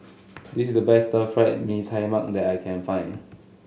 this is the best Fried Mee Tai Mak that I can find